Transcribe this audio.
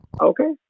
Okay